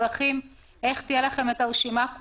אתם צריכים למצוא דרכים איך תהיה לכם כל הרשימה.